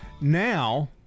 Now